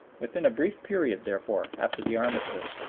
within a brief period, therefore, after the armistice,